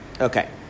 Okay